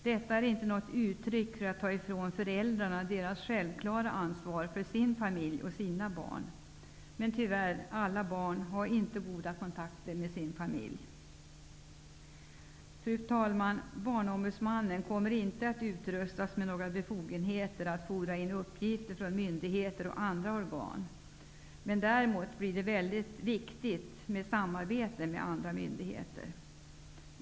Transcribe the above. Detta är inte något uttryck för att ta ifrån föräldrarna deras självklara ansvar för sin familj och sina barn. Men tyvärr har inte alla barn goda kontakter med sin familj. Fru talman! Barnombudsmannen kommer inte att utrustas med några befogenheter att fordra in uppgifter från myndigheter och andra organ. Däremot blir det väldigt viktigt med samarbete med andra myndigheter.